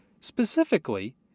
Specifically